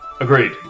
Agreed